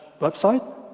website